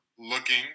Looking